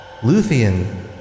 Luthien